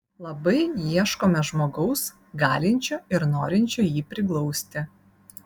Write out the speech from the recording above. labai ieškome žmogaus galinčio ir norinčio jį priglausti